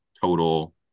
total